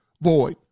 void